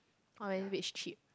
or if it's cheap